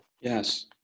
yes